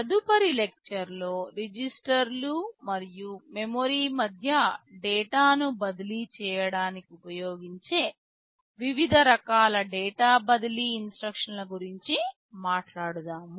తదుపరి లెక్చర్ లో రిజిస్టర్లు మరియు మెమరీ మధ్య డేటాను బదిలీ చేయడానికి ఉపయోగించే వివిధ రకాల డేటా బదిలీ ఇన్స్ట్రక్షన్ లు గురించి మాట్లాడుతాము